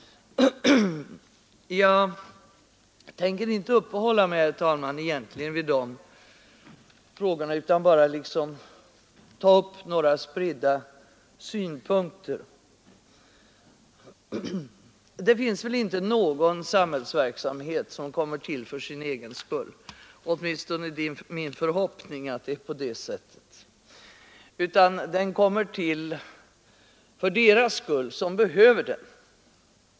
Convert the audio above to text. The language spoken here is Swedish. Jag tänker inte, herr talman, uppehålla mig vid de frågorna, utan jag vill bara ta upp några spridda synpunkter. Det finns väl inte någon samhällsverksamhet som kommer till för sin egen skull — åtminstone är min förhoppning att det är på det sättet — utan den kommer till för deras skull som behöver den.